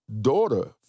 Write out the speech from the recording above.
daughter